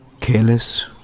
careless